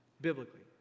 biblically